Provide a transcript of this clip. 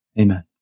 Amen